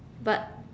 but